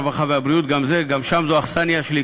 הרווחה והבריאות היא אכסניה שלי,